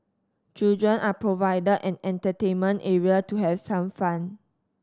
children are provided an entertainment area to have some fun